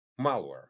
malware